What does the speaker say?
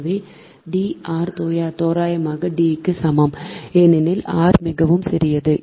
எனவே d r தோராயமாக D க்கு சமம் ஏனெனில் r மிகவும் சிறியது